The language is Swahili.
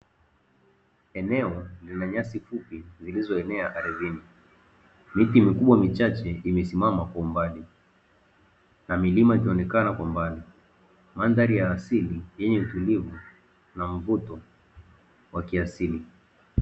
Eneo lina nyasi fupi zilizoenea aridhini, miti mikubwa michache imesimama kwa umbali na milima ikionekana kwa mbali, mandhari ya asili yenye utulivu na mvuto wa kiasili.